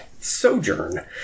Sojourn